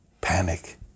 panic